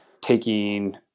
taking